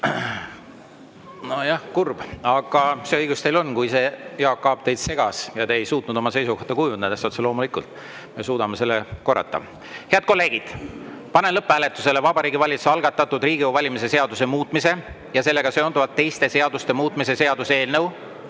Nojah, kurb, aga see õigus teil on. Kui Jaak Aab teid segas ja te ei suutnud oma seisukohta kujundada, siis otse loomulikult me suudame seda korrata. Head kolleegid, panen lõpphääletusele Vabariigi Valitsuse algatatud Riigikogu valimise seaduse muutmise ja sellega seonduvalt teiste seaduste muutmise seaduse eelnõu